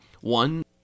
One